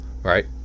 right